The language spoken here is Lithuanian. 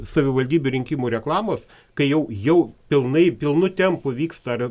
savivaldybių rinkimų reklamos kai jau jau pilnai pilnu tempu vyksta